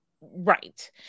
Right